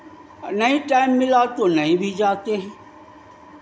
आ नहीं टाइम मिला तो नहीं भी जाते हैं